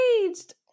engaged